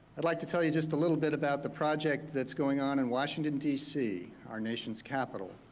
i'd like to tell you just a little bit about the project that's going on in washington d. c, our nation's capitol,